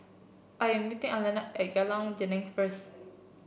I'm meeting Alayna at Jalan Geneng first